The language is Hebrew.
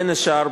בין השאר,